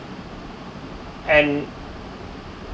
and